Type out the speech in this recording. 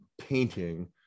painting